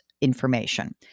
information